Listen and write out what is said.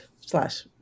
slash